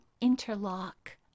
interlock